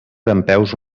dempeus